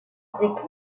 équipes